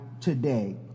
today